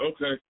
Okay